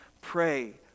pray